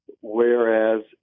Whereas